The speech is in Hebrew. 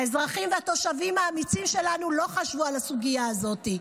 האזרחים והתושבים האמיצים שלנו לא חשבו על הסוגיה הזאת,